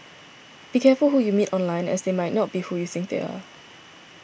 be careful who you meet online as they might not be who you think they are